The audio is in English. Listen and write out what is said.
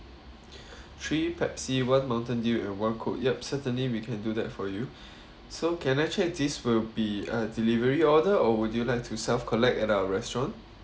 three pepsi one mountain dew and one coke yup certainly we can do that for you so can I check this will be a delivery order or would you like to self collect at our restaurant